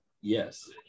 Yes